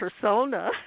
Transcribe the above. persona